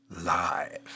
live